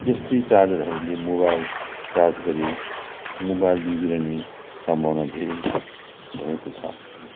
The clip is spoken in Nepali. यस्तै चार्जरहरूले मोबाइल चार्ज गरे मोबाइल बिग्रिने सम्भावना धेरै भएको छ